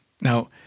Now